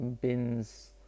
bins